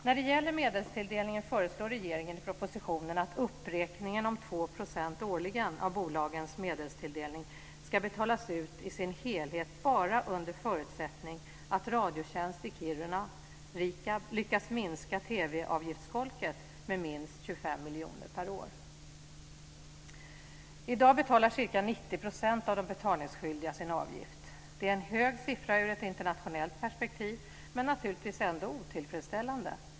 När det gäller medelstilldelningen föreslår regeringen i propositionen att uppräkningen om 2 % årligen av bolagens medelstilldelning ska betalas ut i sin helhet bara under förutsättning att Radiotjänst i Kiruna - RIKAB - lyckas att minska TV-avgiftsskolket med minst 25 miljoner per år. I dag betalar ca 90 % av de betalningsskyldiga sin avgift. Det är en hög siffra ur ett internationellt perspektiv, men den är naturligtvis ändå otillfredsställande.